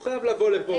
הוא חייב לבוא לפה.